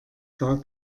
gar